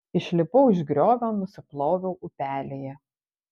išlipau iš griovio nusiploviau upelyje